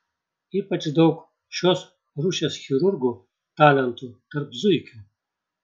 ypač daug šios rūšies chirurgų talentų tarp zuikių